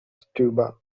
stupa